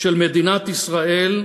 של מדינת ישראל,